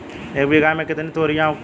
एक बीघा में कितनी तोरियां उगती हैं?